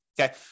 Okay